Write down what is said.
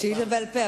שאילתא בעל-פה.